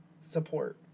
support